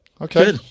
okay